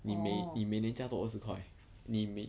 orh